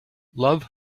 love